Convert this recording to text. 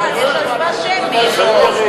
אתה היושב-ראש, יש הצבעה שמית.